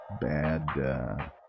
bad